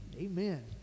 Amen